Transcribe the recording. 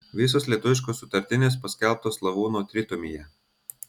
visos lietuviškos sutartinės paskelbtos slavūno tritomyje